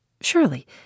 Surely